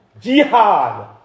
Jihad